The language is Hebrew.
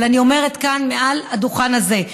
אבל אני אומרת כאן מעל הדוכן הזה,